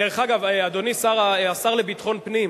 דרך אגב, אדוני השר לביטחון פנים,